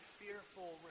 fearful